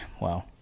Wow